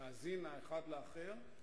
להאזין האחד לאחר,